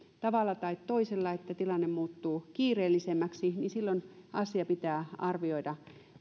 tavalla tai toisella tilanne muuttuu kiireellisemmäksi niin silloin asia pitää arvioida